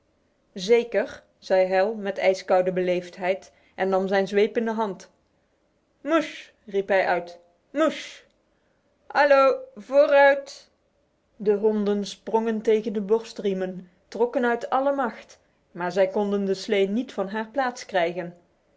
zeker zei hal met ijskoude beleefdheid en nam zijn zweep in de hand m u s h riep hij uit m u s h allo vooruit de honden sprongen tegen de borstriemen trokken uit alle macht maar zij konden de slee niet van haar plaats krijgen